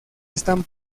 están